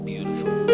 beautiful